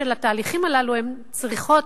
בעטיים של התהליכים הללו הן צריכות,